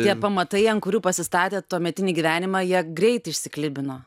tie pamatai ant kurių pasistatėt tuometinį gyvenimą jie greit išsiklibino